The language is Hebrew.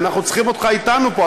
אנחנו צריכים אותך אתנו פה,